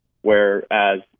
Whereas